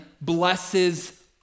blesses